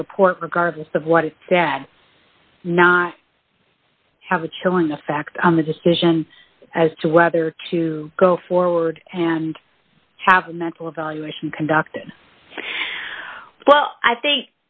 the report regardless of what is not have a chilling effect on the decision as to whether to go forward and have a mental evaluation conducted well i think